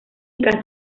casos